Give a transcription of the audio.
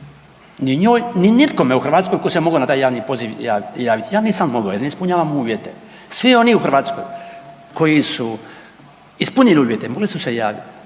ni nitkome u Hrvatskoj tko se mogao na taj javni poziv javiti, ja nisam mogao jer ne ispunjavam uvjete. Svi oni u Hrvatskoj koji su ispunili uvjete mogli su se javiti,